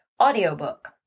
audiobook